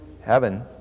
heaven